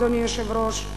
אדוני היושב-ראש,